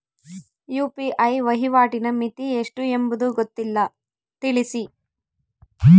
UPI ವಹಿವಾಟಿನ ಮಿತಿ ಎಷ್ಟು ಎಂಬುದು ಗೊತ್ತಿಲ್ಲ? ತಿಳಿಸಿ?